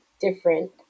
different